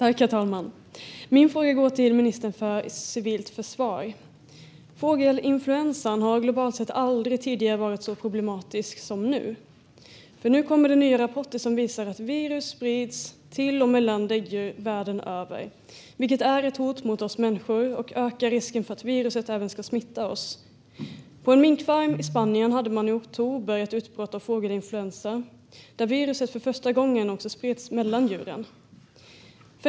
Herr talman! Min fråga går till ministern för civilt försvar. Fågelinfluensan har globalt sett aldrig tidigare varit så problematisk som nu. Nya rapporter visar att virus sprids till och mellan däggdjur världen över, vilket är ett hot mot oss människor och ökar risken att virus ska smitta även oss. På en minkfarm i Spanien hade man i oktober ett utbrott av fågelinfluensa där viruset för första gången spreds också mellan djuren.